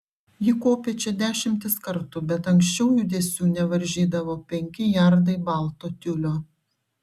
ji kopė čia dešimtis kartų bet anksčiau judesių nevaržydavo penki jardai balto tiulio